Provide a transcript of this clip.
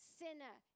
sinner